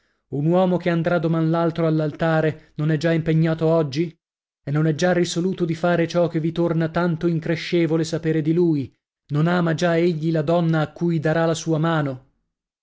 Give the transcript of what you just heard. un uomo che andrà doman l'altro all'altare non è già impegnato oggi non è già risoluto di fare ciò che vi torna tanto increscevole sapere di lui non ama già egli la donna a cui darà la sua mano